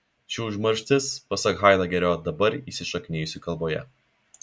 ši užmarštis pasak haidegerio dabar įsišaknijusi kalboje